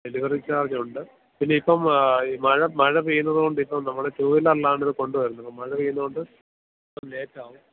delivery charge ഉണ്ട് പിന്നെ ഇപ്പം മഴ മഴ പെയ്യുന്നത് കൊണ്ട് ഇപ്പം നമ്മൾ ടൂവീലർലാണ് ഇത് കൊണ്ടുവരുന്നത് മഴ പെയ്യുന്നതുകൊണ്ട് ലേറ്റ് ആകും